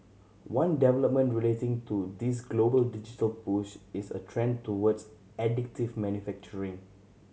one development relating to this global digital push is a trend towards additive manufacturing